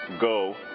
Go